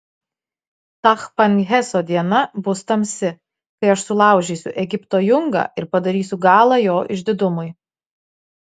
tachpanheso diena bus tamsi kai aš sulaužysiu egipto jungą ir padarysiu galą jo išdidumui